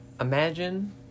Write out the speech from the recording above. Imagine